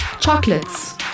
Chocolates